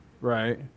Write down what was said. Right